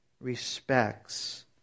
respects